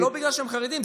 זה לא בגלל שהם חרדים,